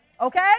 Okay